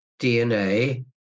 DNA